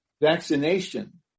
vaccination